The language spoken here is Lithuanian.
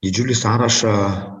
didžiulį sąrašą